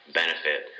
benefit